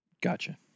gotcha